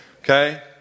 Okay